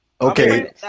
Okay